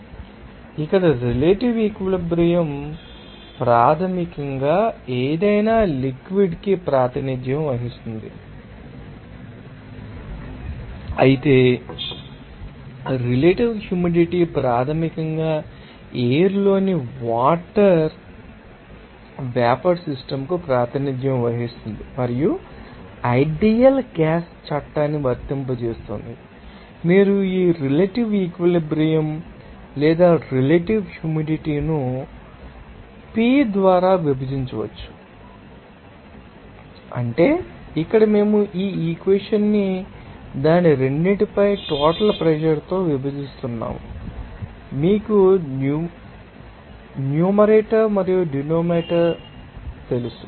కాబట్టి ఇక్కడ relative equilibrium ప్రాథమికంగా ఏదైనా లిక్విడ్ ానికి ప్రాతినిధ్యం వహిస్తుంది అయితే రిలేటివ్ హ్యూమిడిటీ ప్రాథమికంగా ఎయిర్ లోని వాటర్ వేపర్ సిస్టమ్ కు ప్రాతినిధ్యం వహిస్తుంది మరియు ఐడియల్ గ్యాస్ చట్టాన్ని వర్తింపజేస్తుంది మీరు ఈ రిలేటివ్ ఈక్విలిబ్రియం ిని లేదా రిలేటివ్ హ్యూమిడిటీ ను పై ద్వారా P ద్వారా విభజించవచ్చు Pi by P divided by PiV Pఅంటే ఇక్కడ మేము ఈఈక్వెవెషన్న్ని దాని రెండింటిపై టోటల్ ప్రెషర్ తో విభజిస్తున్నాము మీకు న్యూమరేటర్ మరియు డినోమినేటర్ తెలుసు